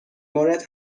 مورد